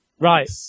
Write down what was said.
Right